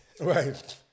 Right